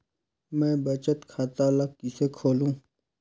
मैं बचत खाता ल किसे खोलूं?